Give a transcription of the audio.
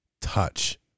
touch